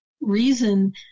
reason